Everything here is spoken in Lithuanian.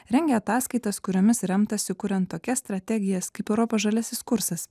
rengia ataskaitas kuriomis remtasi kuriant tokias strategijas kaip europos žaliasis kursas